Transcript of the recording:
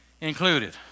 included